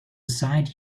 site